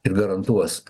ir garantuos